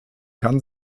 kann